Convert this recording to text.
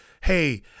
hey